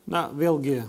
na vėlgi